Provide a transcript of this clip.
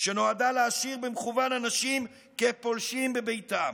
שנועדה להשאיר במכוון אנשים כפולשים בביתם,